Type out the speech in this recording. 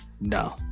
No